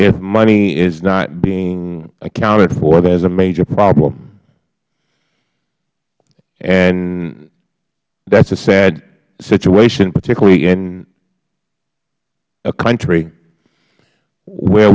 if money is not being accounted for there is a major problem and that is a sad situation particularly in a country where